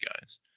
guys